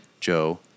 Joe